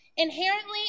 Inherently